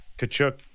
Kachuk